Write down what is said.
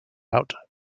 out